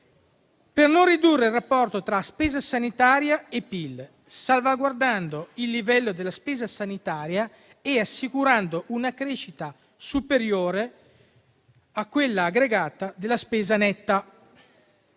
per non ridurre il rapporto tra spesa sanitaria e PIL, salvaguardando il livello della spesa sanitaria e assicurando una crescita superiore a quella aggregata della spesa netta.